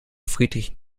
friedrich